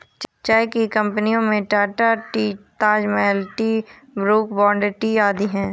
चाय की कंपनियों में Tata tea, Taj Mahal tea, Brooke Bond tea आदि है